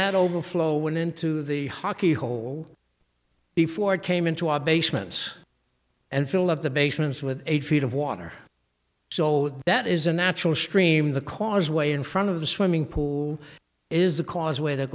that overflow went into the hockey hole before it came into our basements and feel of the basements with eight feet of water so that is a natural stream the causeway in front of the swimming pool is the causeway that